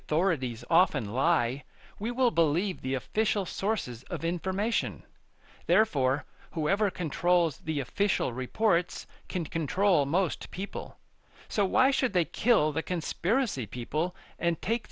authorities often lie we will believe the official sources of information therefore whoever controls the official reports can control most people so why should they kill the conspiracy people and take